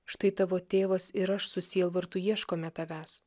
štai tavo tėvas ir aš su sielvartu ieškome tavęs